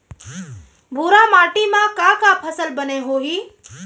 भूरा माटी मा का का फसल बने होही?